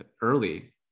early